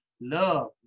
love